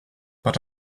but